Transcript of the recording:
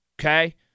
Okay